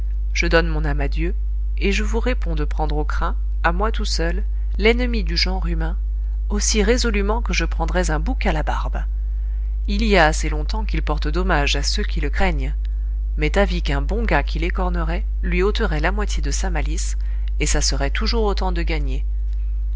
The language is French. je donne mon âme à dieu et je vous réponds de prendre aux crins à moi tout seul l'ennemi du genre humain aussi résolument que je prendrais un bouc à la barbe il y a assez longtemps qu'il porte dommage à ceux qui le craignent m'est avis qu'un bon gars qui l'écornerait lui ôterait la moitié de sa malice et ça serait toujours autant de gagné